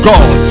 God